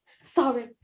sorry